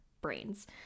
brains